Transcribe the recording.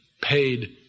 Paid